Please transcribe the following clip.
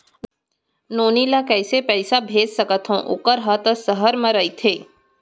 नोनी ल कइसे पइसा भेज सकथव वोकर हा त सहर म रइथे?